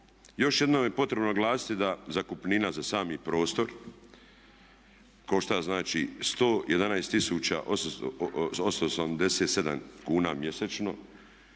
Još jednom je potrebno naglasiti da zakupnina za sami prostor košta znači 111 887 kuna mjesečno.